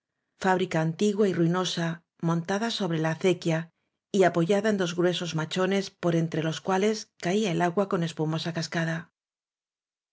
lubric antigua y ruinosa monv tada sobre la acequia y apoclji yada en dos gruesos machones por entre los cuales caía el agua con espumosa cascada